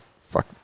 fuck